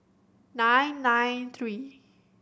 nine nine three